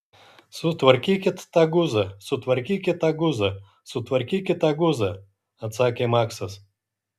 sutvarkykit tą guzą sutvarkykit tą guzą sutvarkykit tą guzą atsakė maksas